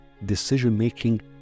decision-making